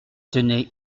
tenait